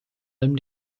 allem